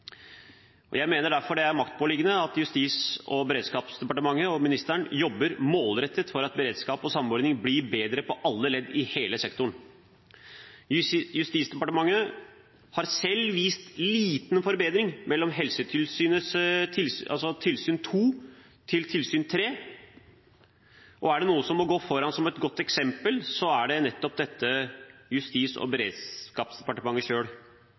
orden. Jeg mener derfor det er maktpåliggende at Justis- og beredskapsdepartementet og ministeren jobber målrettet for at beredskap og samordning blir bedre i alle ledd i hele sektoren. Justisdepartementet har selv vist liten forbedring fra helsetilsyn to til helsetilsyn tre, og er det noen som må gå foran med et godt eksempel, er det nettopp Justis- og beredskapsdepartementet